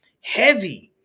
heavy